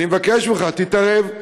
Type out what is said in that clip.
אני מבקש ממך, תתערב.